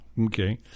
Okay